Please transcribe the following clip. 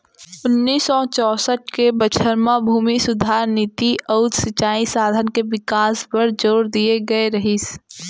ओन्नाइस सौ चैंसठ के बछर म भूमि सुधार नीति अउ सिंचई साधन के बिकास बर जोर दिए गए रहिस